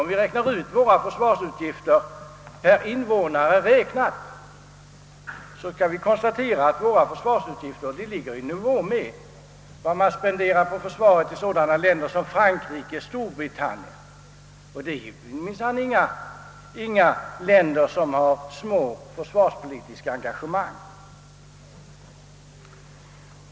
Om vi räknar ut våra försvarsutgifter per invånare, kan vi konstatera att de ligger i nivå med vad man spenderar på försvaret i sådana länder som Frankrike och Storbritannien. Det är minsann inga länder som har små försvarspolitiska engagemang.